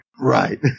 Right